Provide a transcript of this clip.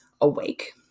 awake